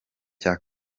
cya